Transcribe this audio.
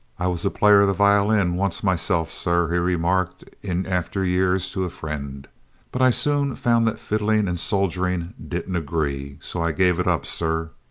i was a player of the violin once myself, sir, he remarked in after years to a friend but i soon found that fiddling and soldiering didn't agree so i gave it up, sir!